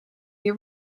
you